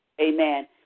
Amen